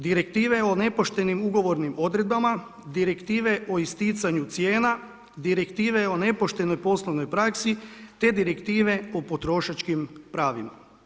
Direktive o nepoštenim ugovornim odredbama, direktive o isticanju cijena, direktive o nepoštenoj poslovnoj praksi te direktive o potrošačkim pravima.